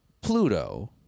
pluto